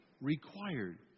Required